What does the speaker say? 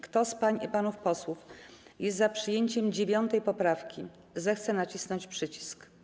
Kto z pań i panów posłów jest za przyjęciem 9. poprawki, zechce nacisnąć przycisk.